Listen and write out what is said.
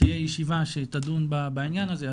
תהיה ישיבה שתדון בעניין הזה,